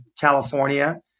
California